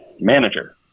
manager